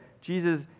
Jesus